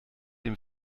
dem